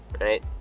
right